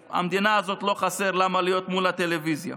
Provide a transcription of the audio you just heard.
הזאת לא חסר למה להיות מול הטלוויזיה.